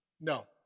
No